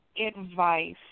advice